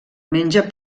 menja